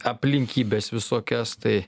aplinkybes visokias tai